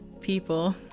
people